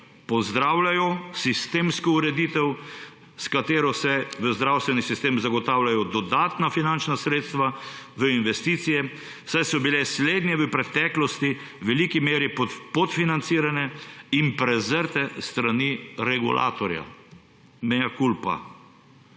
pozdravljajo sistemsko ureditev, s katero se v zdravstveni sistem zagotavljajo dodatna finančna sredstva v investicije, saj so bile slednje v preteklosti v veliki meri podfinancirane in prezrte s strani regulatorja. Mea culpa.